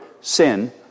sin